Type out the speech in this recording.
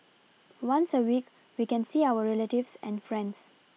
once a week we can see our relatives and friends